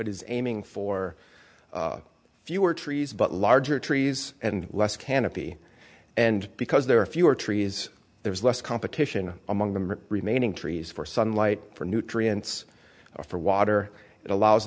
is aiming for fewer trees but larger trees and less canopy and because there are fewer trees there is less competition among them or remaining trees for sunlight for nutrients or for water that allows